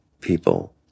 people